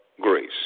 grace